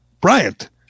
Bryant